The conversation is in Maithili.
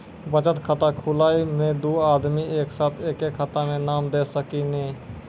बचत खाता खुलाए मे दू आदमी एक साथ एके खाता मे नाम दे सकी नी?